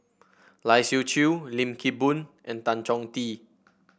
Lai Siu Chiu Lim Kim Boon and Tan Chong Tee